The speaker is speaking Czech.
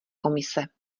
komise